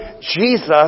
Jesus